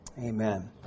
Amen